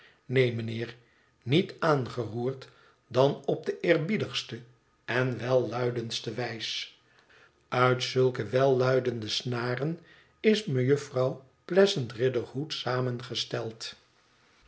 neen mijnheer i niet aangeroerd dan op de eerbiedigste en welluidendste wijsl uit zulke welluidende snaren is mejuffrouw pleasant riderhood samengesteld